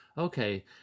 Okay